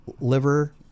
liver